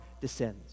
descends